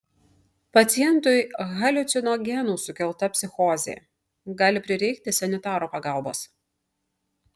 pacientui haliucinogenų sukelta psichozė gali prireikti sanitaro pagalbos